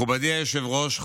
מכובדי היושב-ראש,